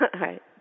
right